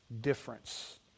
difference